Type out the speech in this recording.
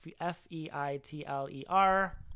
F-E-I-T-L-E-R